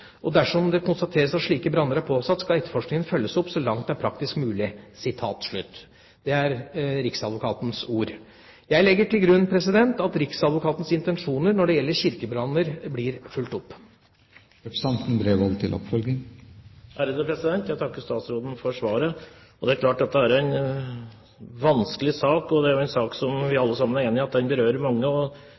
Dersom det konstateres at slike branner er påsatt, skal etterforskningen følges opp så langt det er praktisk mulig.» Det er riksadvokatens ord. Jeg legger til grunn at riksadvokatens intensjoner når det gjelder kirkebranner, blir fulgt opp. Jeg takker statsråden for svaret. Det er klart at dette er en vanskelig sak, og det er en sak som vi alle sammen er enige om berører mange. Det er gitt ros – det er gitt ros tidligere, og